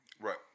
Right